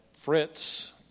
Fritz